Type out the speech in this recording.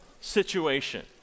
situation